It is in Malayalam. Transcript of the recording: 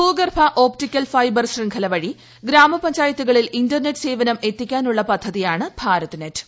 ഭൂഗർഭ ഓപ്റ്റിക്കൽ ഫൈബർ ശൃംഖല വഴി ഗ്രാമപഞ്ചായത്തുകളിൽ ഇന്റർനെറ്റ് സേവനം എത്തിക്കാനുളള പദ്ധതിയാണ് ഭാരത്നെറ്റ്